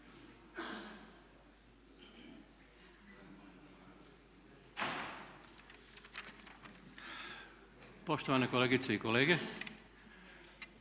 sabora, kolegice i kolege.